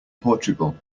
portugal